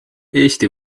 eesti